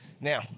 Now